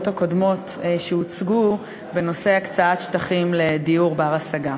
הקודמות שהוצגו בנושא הקצאת שטחים לדיור בר-השגה.